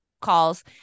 calls